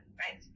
right